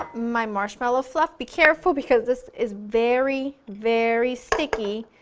um my marshmallow fluff, be careful because this is very, very sticky,